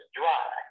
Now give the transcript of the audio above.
dry